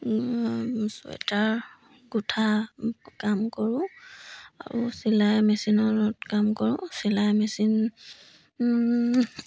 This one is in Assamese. চুৱেটাৰ গোঠা কাম কৰোঁ আৰু চিলাই মেচিনত কাম কৰোঁ চিলাই মেচিন